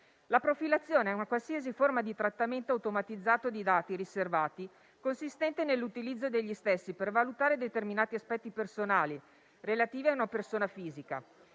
La profilazione è una qualsiasi forma di trattamento automatizzato di dati riservati consistente nell'utilizzo degli stessi per valutare determinati aspetti personali relativi a una persona fisica,